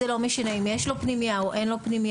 זה לא משנה אם יש לו פנימייה או אין לו פנימייה,